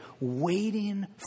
waiting